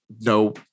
no